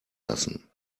lassen